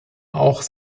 auch